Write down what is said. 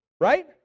right